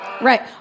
Right